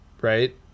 right